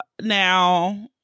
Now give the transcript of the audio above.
now